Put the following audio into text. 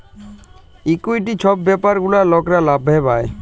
equity ছব ব্যাপার গুলা লকরা লাভে পায়